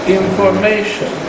information